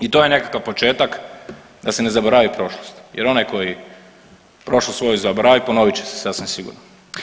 I to je nekakav početak da se ne zaboravi prošlost jer onaj koji prošlost svoju zaboravi ponovit će se sasvim sigurno.